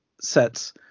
sets